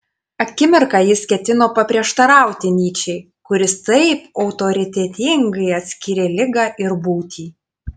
akimirką jis ketino paprieštarauti nyčei kuris taip autoritetingai atskyrė ligą ir būtį